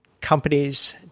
companies